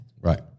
Right